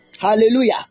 Hallelujah